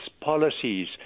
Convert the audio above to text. policies